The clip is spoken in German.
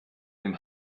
dem